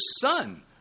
son